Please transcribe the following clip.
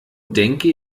denke